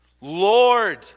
Lord